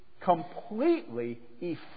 completely